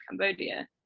Cambodia